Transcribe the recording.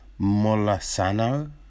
Molasano